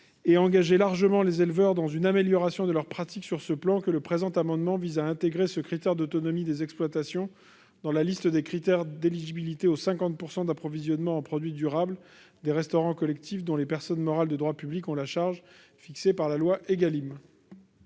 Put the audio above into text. et engager les éleveurs sur la voie d'une amélioration de leurs pratiques sur ce plan que le présent amendement vise à intégrer ce critère d'autonomie des exploitations dans la liste des critères d'éligibilité aux 50 %, fixés par la loi Égalim, d'approvisionnement en produits durables des restaurants collectifs dont les personnes morales de droit public ont la charge. La parole est à M.